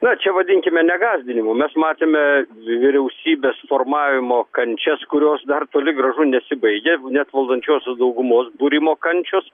na čia vadinkime negąsdinimu mes matėme vyriausybės formavimo kančias kurios dar toli gražu nesibaigia net valdančiosios daugumos būrimo kančios